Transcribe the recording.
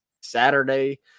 Saturday